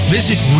Visit